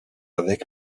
avec